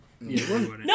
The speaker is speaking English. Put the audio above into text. No